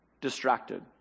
distracted